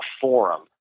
forum